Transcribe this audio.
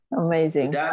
amazing